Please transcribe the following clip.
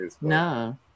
No